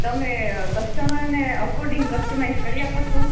તમે કસ્ટમબર ને according customize કરી આપો છો